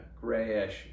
grayish